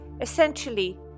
Essentially